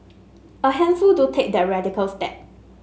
a handful do take that radical step